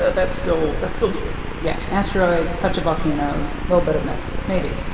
ah that's still that's still debated yeah, asteroid, touch of volcanoes, little bit of mix, maybe.